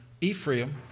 Ephraim